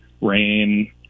rain